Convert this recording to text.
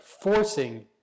forcing